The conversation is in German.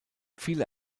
viele